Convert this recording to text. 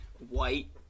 White